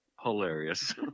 hilarious